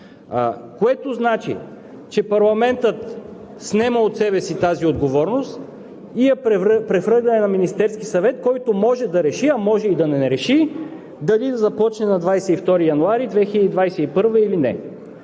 което значи, че парламентът снема от себе си тази отговорност и я прехвърля на Министерския съвет, който може да реши, а може и да не реши дали да започне на 22 януари 2021 г. или не.